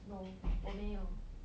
no 我没有